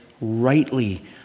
rightly